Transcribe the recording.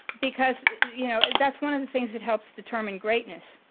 because you know that's one of the things that helps determine greatness.